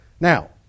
Now